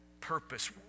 Purpose